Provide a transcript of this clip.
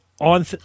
on